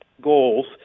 goals